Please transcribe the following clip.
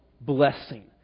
blessing